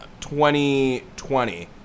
2020